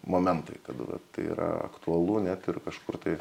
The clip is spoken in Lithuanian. momentai kada tai yra aktualu net ir kažkur tai